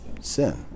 Sin